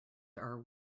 are